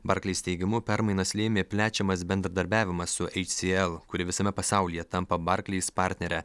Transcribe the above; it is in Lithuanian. barkleis teigimu permainas lėmė plečiamas bendradarbiavimas su ei si el kuri visame pasaulyje tampa barkleis partnere